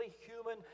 human